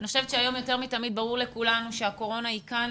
אני חושבת שהיום יותר מתמיד ברור לכולם שהקורונה היא כאן